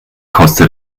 kostet